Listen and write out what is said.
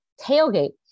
tailgate